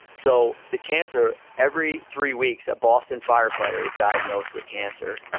so the cancer, every three weeks a boston firefighter is diagnosed with cancer.